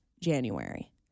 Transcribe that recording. January